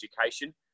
education